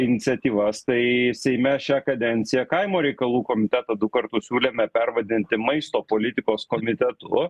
iniciatyvas tai seime šią kadenciją kaimo reikalų komitetą du kartus siūlėme pervadinti maisto politikos komitetu